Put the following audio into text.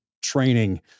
training